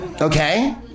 Okay